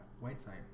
Whiteside